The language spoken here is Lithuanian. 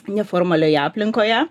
neformalioje aplinkoje